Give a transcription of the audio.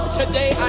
today